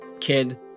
kid